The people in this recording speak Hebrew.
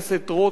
חבר הכנסת רותם,